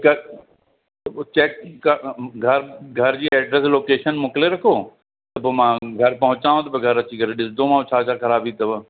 त पोइ चैक क घर घर जी एड्रेस लोकेशन मोकिले रखो त पोइ मां घरु पहुचांव थो त पोइ घर अची करे ॾिसंदोमांव छा छा ख़राबी अथव